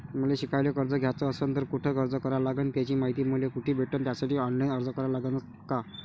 मले शिकायले कर्ज घ्याच असन तर कुठ अर्ज करा लागन त्याची मायती मले कुठी भेटन त्यासाठी ऑनलाईन अर्ज करा लागन का?